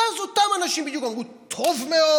ואז אותם אנשים בדיוק אמרו: טוב מאוד,